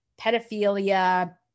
pedophilia